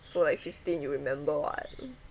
so like fifteen you remember [what]